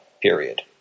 period